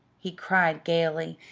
he cried gayly,